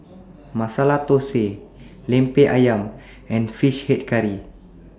Masala Thosai Lemper Ayam and Fish Head Curry